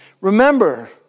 remember